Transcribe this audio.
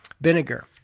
vinegar